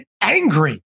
angry